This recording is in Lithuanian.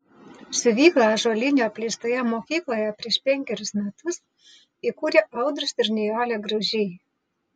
siuvyklą ąžuolinių apleistoje mokykloje prieš penkerius metus įkūrė audrius ir nijolė graužiai